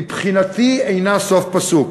מבחינתי היא אינה סוף פסוק.